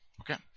Okay